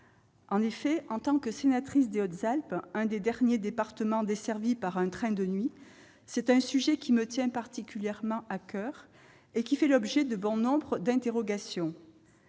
nuit. » En tant que sénatrice des Hautes-Alpes, l'un des derniers départements desservis par un train de nuit, ce sujet me tient particulièrement à coeur et suscite bon nombre d'interrogations.